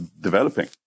developing